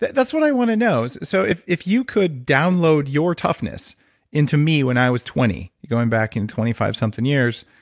that's what i want to know. so, if if you could download your toughness into me when i was twenty, going back in twenty five something years,